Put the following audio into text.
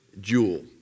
jewel